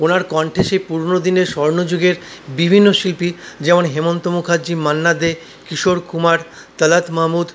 ওনার কণ্ঠে সেই পুরোনো দিনের স্বর্ণযুগের বিভিন্ন শিল্পী যেমন হেমন্ত মুখার্জী মান্না দে কিশোর কুমার তালাত মাহমুদ